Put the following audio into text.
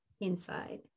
inside